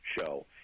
show